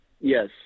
Yes